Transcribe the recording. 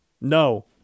No